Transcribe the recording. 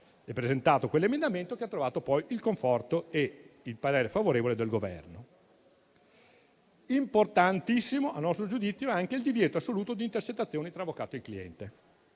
presentato quell'emendamento, che ha trovato poi il conforto e il parere favorevole del Governo. Importantissimo, a nostro giudizio, è anche il divieto assoluto di intercettazioni tra avvocato e cliente.